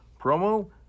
promo